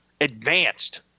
advanced